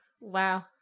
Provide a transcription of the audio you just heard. Wow